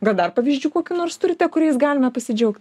gal dar pavyzdžių kokių nors turite kuriais galime pasidžiauk